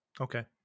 Okay